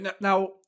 Now